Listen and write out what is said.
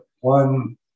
one